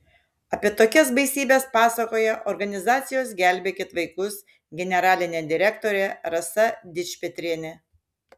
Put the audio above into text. apie tokias baisybes pasakoja organizacijos gelbėkit vaikus generalinė direktorė rasa dičpetrienė